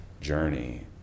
journey